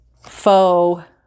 faux